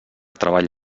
treball